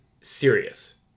serious